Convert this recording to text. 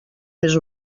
més